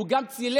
הוא גם צילם.